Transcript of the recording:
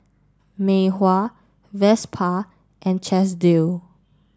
Mei Hua Vespa and Chesdale